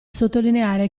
sottolineare